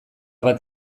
bat